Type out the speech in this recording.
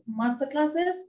masterclasses